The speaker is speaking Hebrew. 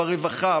ברווחה,